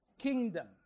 kingdom